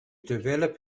develop